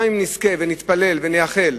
גם אם נזכה ונתפלל ונייחל